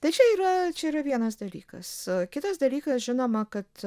tai čia yra čia yra vienas dalykas o kitas dalykas žinoma kad